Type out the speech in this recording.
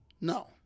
No